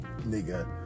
nigga